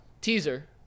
Teaser